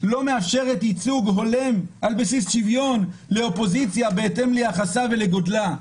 לא מאפשרת ייצוג הולם על בסיס שוויון לאופוזיציה בהתאם ליחסה ולגודלה.